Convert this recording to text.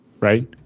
Right